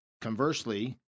Conversely